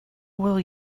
will